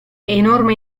enorme